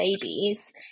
babies